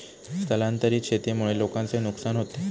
स्थलांतरित शेतीमुळे लोकांचे नुकसान होते